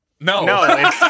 No